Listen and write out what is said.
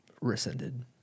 rescinded